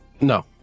No